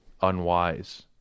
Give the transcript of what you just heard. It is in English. unwise